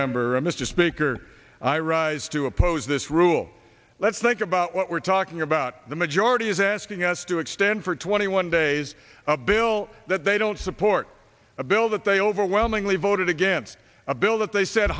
mr speaker i rise to oppose this rule let's think about what we're talking about the majority is asking us to extend for twenty one days a bill that they don't support a bill that they overwhelmingly voted against a bill that they said